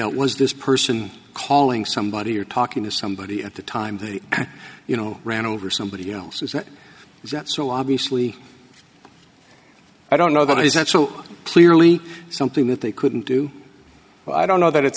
out was this person calling somebody or talking to somebody at the time the you know ran over somebody else who's not yet so obviously i don't know that it's not so clearly something that they couldn't do but i don't know that it's